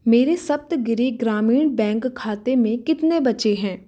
मेरे सप्तगिरि ग्रामीण बैंक खाते में कितने बचे हैं